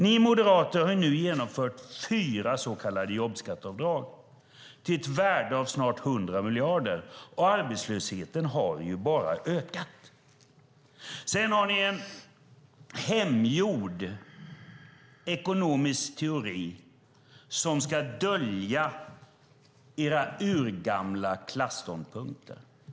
Ni moderater har nu genomfört fyra så kallade jobbskatteavdrag till ett värde av snart 100 miljarder, och arbetslösheten har bara ökat. Sedan har ni en hemgjord ekonomisk teori som ska dölja era urgamla klasståndpunkter.